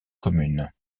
communes